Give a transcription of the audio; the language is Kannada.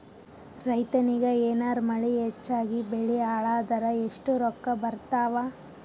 ರೈತನಿಗ ಏನಾರ ಮಳಿ ಹೆಚ್ಚಾಗಿಬೆಳಿ ಹಾಳಾದರ ಎಷ್ಟುರೊಕ್ಕಾ ಬರತ್ತಾವ?